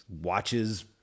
watches